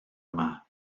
yma